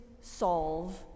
solve